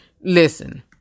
Listen